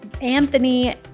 Anthony